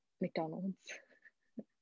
McDonald's